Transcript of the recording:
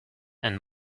and